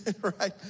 right